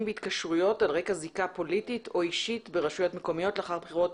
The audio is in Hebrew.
בהתקשרויות על רקע זיקה פוליטית או אישית ברשויות מקומיות לאחר בחירות